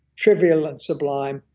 trivial and sublime,